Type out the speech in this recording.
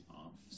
off